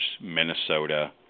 Minnesota